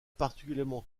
particulièrement